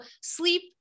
sleep